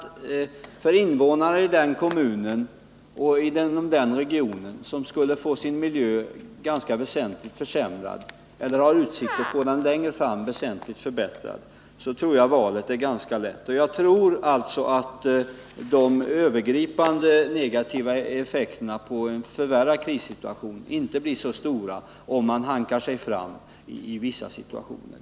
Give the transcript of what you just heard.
För invånare i en kommun eller inom en region där miljön skulle bli väsentligt försämrad eller hade utsikter att bli väsentligt förbättrad längre fram tror jag att valet är ganska lätt. Jag tror alltså att de övergripande negativa effekterna i en förvärrad krissituation inte blir så stora om man försöker hanka sig fram.